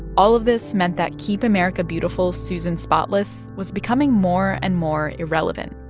all of this meant that keep america beautiful susan spotless was becoming more and more irrelevant.